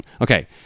Okay